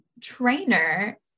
trainer